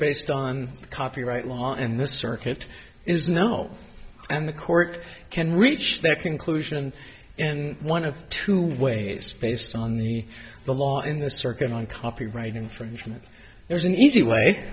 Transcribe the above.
based on copyright law and the circuit is no and the court can reach their conclusion and one of two ways based on the the law in the circuit on copyright infringement there's an easy way